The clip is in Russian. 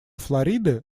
флориды